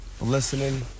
listening